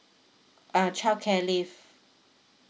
uh childcare leave